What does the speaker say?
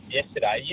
yesterday